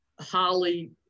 Holly